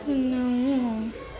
ನಾವು